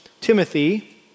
Timothy